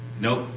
nope